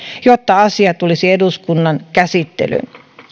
jotta asia tulisi eduskunnan käsittelyyn